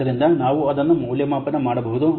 ಆದ್ದರಿಂದ ನಾವು ಅದನ್ನು ಮೌಲ್ಯಮಾಪನ ಮಾಡಬಹುದು